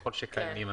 ככל שקיימים.